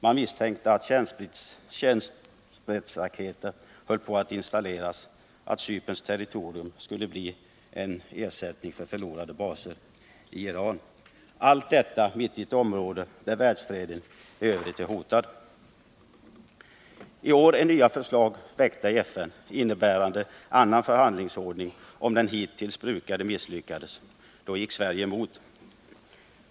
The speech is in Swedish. Man misstänkte att kärnstridsspetsraketer höll på att installeras och att Cyperns territorium skulle bli en ersättning för förlorade baser i Iran — allt detta mitt i ett område där världsfreden i övrigt är hotad. I år väcktes nya förslag i FN, innebärande annan förhandlingsordning, om den hittills brukade misslyckas. Då gick Sverige emot.